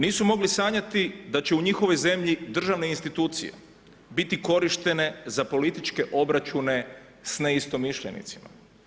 Nisu mogli sanjati da će u njihovoj zemlji državne institucije biti korištene za političke obračune s neistomišljenicima.